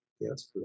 Yes